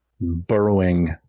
burrowing